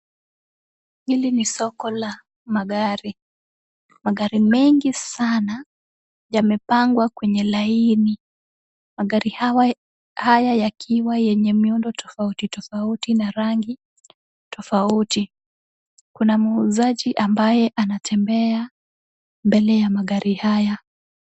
Hili ni soko la magari. Magari mengi sana, yamepangwa kwenye laini. Magari hawa haya yakiwa yenye miundo tofauti tofauti na rangi tofauti. Kuna muuzaji ambaye anatembea mbele ya magari haya.